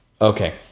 Okay